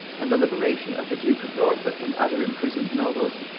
and the liberation of the duke of norfolk and other imprisoned nobles.